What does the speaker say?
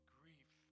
grief